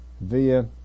via